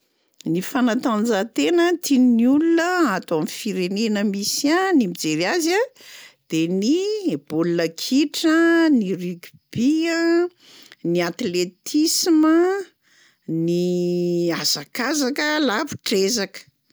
Ny fanatanjahantena tian'ny olona ato amin'ny firenena misy ahy ny mijery azy a de ny baolina kitra, ny rugby a, ny atletisma, ny hazakazaka lavitr'ezaka.